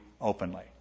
openly